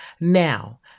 Now